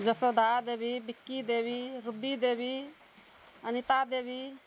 Jasoda Devi Bikki Devi Rubbi Devi Anita Devi